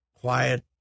quiet